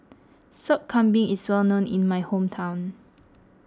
Sop Kambing is well known in my hometown